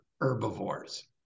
herbivores